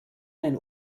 ein